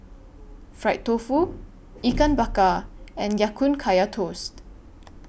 Fried Tofu Ikan Bakar and Ya Kun Kaya Toast